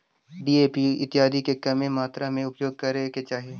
DAP इत्यादि के कमे मात्रा में ही उपयोग करे के चाहि